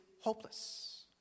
hopeless